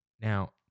Now